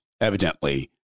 evidently